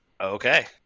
Okay